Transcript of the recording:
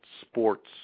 sports